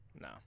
No